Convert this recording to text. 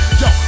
yo